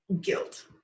guilt